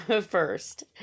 first